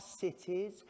cities